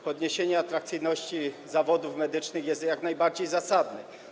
Podniesienie atrakcyjności zawodów medycznych jest jak najbardziej zasadne.